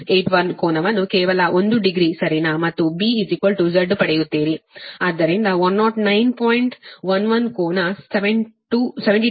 9481 ಕೋನವನ್ನು ಕೇವಲ 1 ಡಿಗ್ರಿ ಸರಿನಾ ಮತ್ತು B Z ಪಡೆಯುತ್ತೀರಿ ಆದ್ದರಿಂದ 109